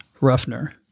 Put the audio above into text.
Ruffner